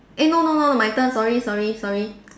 eh no no no my turn sorry sorry sorry